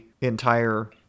entire